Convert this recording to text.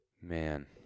man